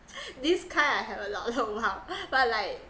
this kind I have a lot know how but like